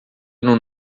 ano